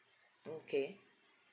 okay